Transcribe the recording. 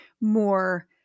more